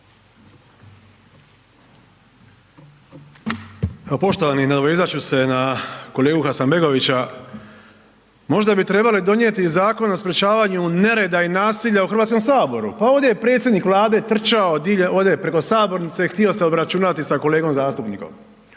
Poštovani. Nadovezat ću se na kolegu Hasanbegovića, možda bi trebali donijeti zakon o sprečavanju nereda i nasilja u Hrvatskom saboru. Pa ovdje je predsjednik Vlade trčao ovdje preko sabornice i htio se obračunati sa kolegom zastupnikom.